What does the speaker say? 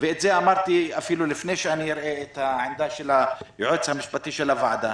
את זה אמרתי אפילו לפני שאראה את העמדה של היועץ המשפטי של הוועדה,